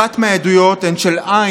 אחת מהעדויות הן של ע',